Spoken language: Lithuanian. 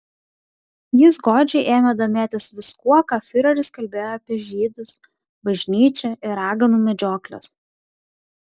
jis godžiai ėmė domėtis viskuo ką fiureris kalbėjo apie žydus bažnyčią ir raganų medžiokles